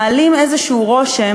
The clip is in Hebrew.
מעלות רושם